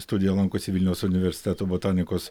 studijoje lankosi vilniaus universiteto botanikos